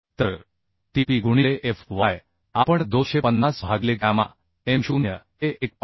तर tp गुणिले f y आपण 250 भागिले गॅमा m0 हे 1